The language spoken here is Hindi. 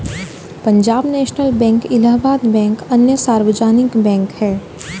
Punjab national bank Allahabad bank अन्य सार्वजनिक बैंक है